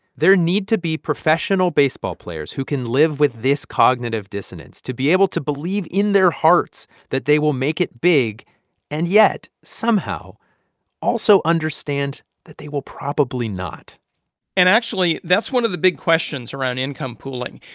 there need to be professional baseball players who can live with this cognitive dissonance to be able to believe in their hearts that they will make it big and yet somehow also understand that they will probably not and actually, that's one of the big questions around income pooling.